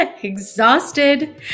exhausted